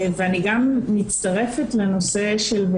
אני גם מצטרפת לנושא של,